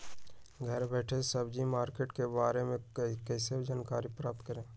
घर बैठे सब्जी मार्केट के बारे में कैसे जानकारी प्राप्त करें?